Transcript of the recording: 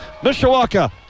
Mishawaka